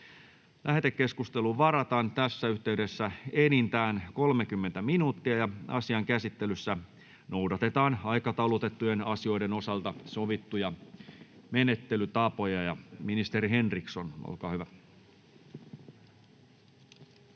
Lähetekeskusteluun varataan enintään 30 minuuttia. Asian käsittelyssä noudatetaan aikataulutettujen asioiden osalta sovittuja menettelytapoja. — Ministeri Henriksson, olkaa hyvä.